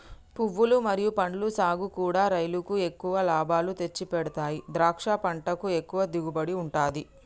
పువ్వులు మరియు పండ్ల సాగుకూడా రైలుకు ఎక్కువ లాభాలు తెచ్చిపెడతాయి ద్రాక్ష పంటకు ఎక్కువ దిగుబడి ఉంటది